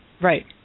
Right